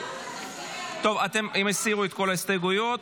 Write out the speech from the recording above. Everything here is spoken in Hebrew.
הם הסירו את כל ההסתייגויות.